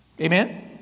Amen